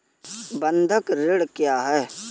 बंधक ऋण क्या है?